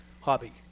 hobby